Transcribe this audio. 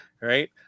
right